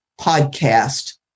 podcast